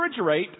refrigerate